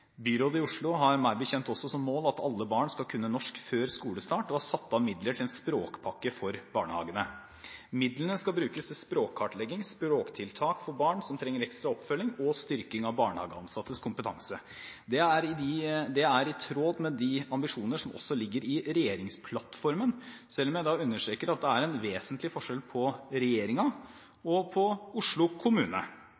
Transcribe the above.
Byrådet i Oslo har meg bekjent også som mål at alle barn skal kunne norsk før skolestart, og har satt av midler til en språkpakke for barnehagene. Midlene skal brukes til språkkartlegging, språktiltak for barn som trenger ekstra oppfølging, og styrking av barnehageansattes kompetanse. Dette er i tråd med de ambisjoner som også ligger i regjeringsplattformen, selv om jeg understreker at det er en vesentlig forskjell mellom regjeringen og Oslo kommune. Jeg vil komme tilbake til konkrete tiltak på